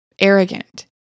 arrogant